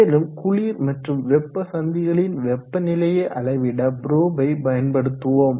மேலும் குளிர் மற்றும் வெப்ப சந்திகளின் வெப்பநிலையை அளவிட புரொபை பயன்படுத்துவோம்